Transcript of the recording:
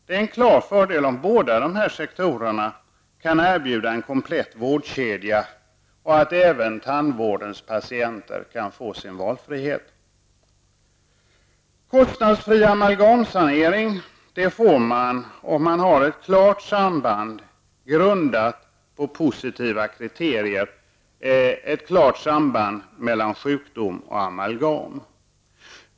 Det är klar fördel om båda dessa sektorer kan erbjuda en komplett vårdkedja, och om även tandvårdens patienter kan få sin valfrihet. Kostnadsfri amalgamsanering får man om det finns ett klart samband, grundat på positiva kriterier, mellan sjukdom och amalgam.